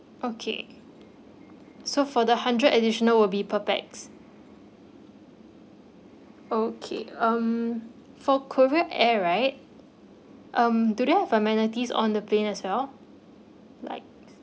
okay so for the hundred additional will be per pax okay um for korea air right um do they have amenities on the plane as well like